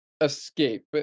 escape